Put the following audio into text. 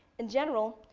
in general,